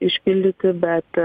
išpildyti bet